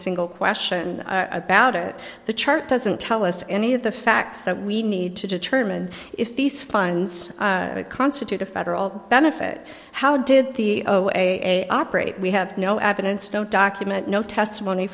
single question about it the chart doesn't tell us any of the facts that we need to determine if these funds constitute a federal benefit how did the way operate we have no evidence no document no testimony